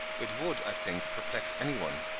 it would, i think, perplex any one,